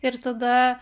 ir tada